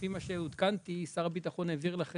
לפי מה שעודכנתי, היום שר הביטחון העביר לוועדה